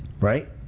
right